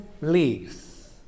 leaves